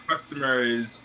customers